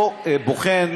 אותו בוחן,